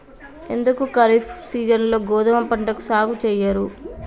ఎందుకు ఖరీఫ్ సీజన్లో గోధుమ పంటను సాగు చెయ్యరు?